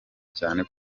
cyane